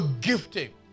gifting